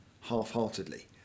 half-heartedly